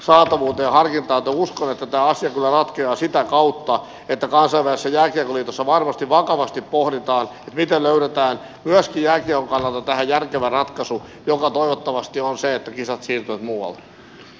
uskon että tämä asia kyllä ratkeaa sitä kautta että kansainvälisessä jääkiekkoliitossa varmasti vakavasti pohditaan miten löydetään myöskin jääkiekon kannalta tähän järkevä ratkaisu joka toivottavasti on se että kisat siirtyvät muualle